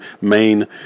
main